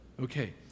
Okay